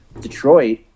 Detroit